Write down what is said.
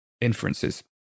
inferences